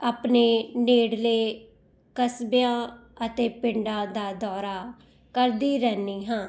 ਆਪਣੇ ਨੇੜਲੇ ਕਸਬਿਆਂ ਅਤੇ ਪਿੰਡਾਂ ਦਾ ਦੌਰਾ ਕਰਦੀ ਰਹਿੰਦੀ ਹਾਂ